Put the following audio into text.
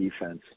defense